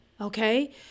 okay